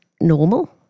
normal